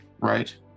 Right